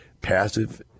passive